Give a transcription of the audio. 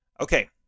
Okay